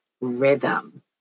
rhythm